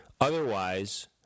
Otherwise